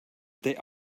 they